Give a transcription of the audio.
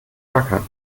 gackern